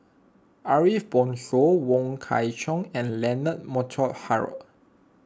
Ariff Bongso Wong Kwei Cheong and Leonard Montague Harrod